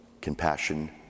compassion